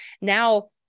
now